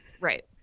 Right